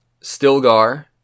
Stilgar